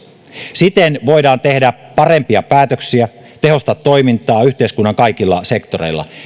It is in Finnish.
siten voidaan tehdä parempia päätöksiä tehostaa toimintaa yhteiskunnan kaikilla sektoreilla